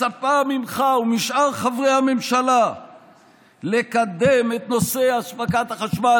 אני מצפה ממך ומשאר חברי הממשלה לקדם את נושא אספקת החשמל